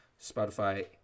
Spotify